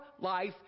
life